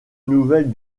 nouvelles